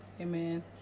Amen